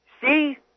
see